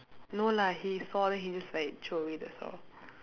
no lah he saw then he just like throw away that's all